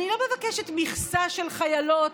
אני לא מבקשת מכסה של חיילות,